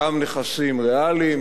גם נכסים ריאליים,